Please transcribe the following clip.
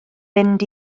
mynd